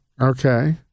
Okay